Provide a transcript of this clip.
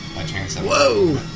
Whoa